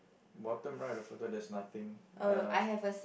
bottom right of the photo there's nothing uh